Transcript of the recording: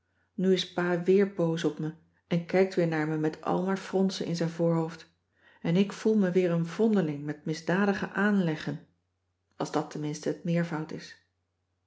nu is pa weer boos op me en kijkt weer naar me met al maar fronsen in zijn voorhoofd en ik voel me weer een vondeling met misdadige aanleggen als dat tenminste het meervoud is